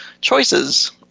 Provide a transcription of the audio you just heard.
choices